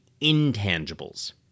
intangibles